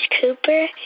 Cooper